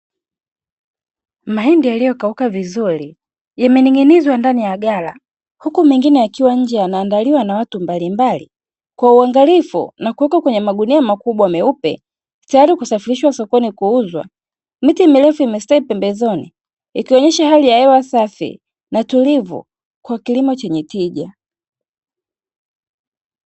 Mahindi yaliyo kauka vizuri yamening`inizwa ndani ya ghala, uku mengine yakiwa nje yanaandaliwa na watu mbalimbali kwa uangalifu, na kuwekwa kwenye magunia makubwa meupe tayari kusafirishwa sokoni kuuzwa. Miti mirefu imestawi pembezoni ikionyesha hari ya hewa safi na tulivu kwa kilimo chenye tija.